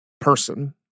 person